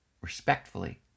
respectfully